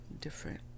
different